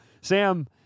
Sam